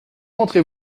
rentrez